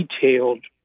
detailed